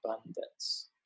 abundance